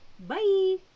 Bye